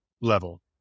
level